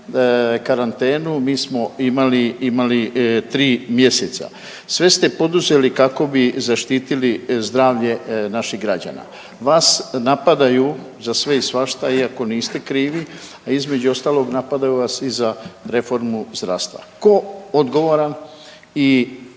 karantenu, mi smo imali, imali 3 mjeseca. Sve ste poduzeli kako bi zaštitili zdravlje naših građana. Vas napadaju za sve i svašta iako niste krivi, a između ostalog napadaju vas i za reformu zdravstva. Tko odgovoran i